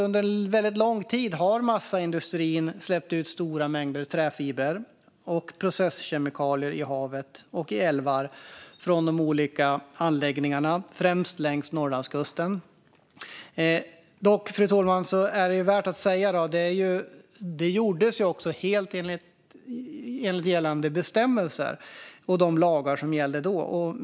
Under väldigt lång tid har massaindustrin släppt ut stora mängder träfibrer och processkemikalier i havet och i älvar från olika anläggningar främst längs Norrlandskusten. Värt att säga gjordes detta helt enligt de bestämmelser och lagar som gällde då.